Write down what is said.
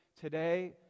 Today